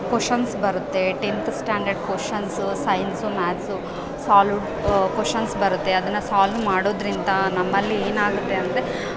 questions ಬರುತ್ತೆ tenth standard questions science maths solve questions ಬರುತ್ತೆ ಅದನ್ನ ಸಾಲ್ವ್ ಮಾಡೋದರಿಂದ ನಮ್ಮಲ್ಲಿ ಏನಾಗುತ್ತೆ ಅಂದರೆ